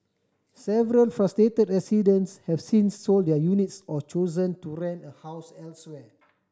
several frustrated residents have since sold their units or chosen to rent a house elsewhere